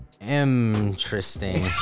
interesting